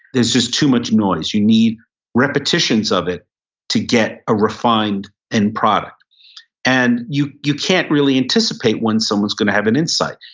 there's just too much noise. you need repetitions of it to get a refined end product and you you can't really anticipate when someone's going to have an insight.